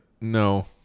No